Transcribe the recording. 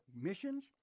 missions